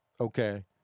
Okay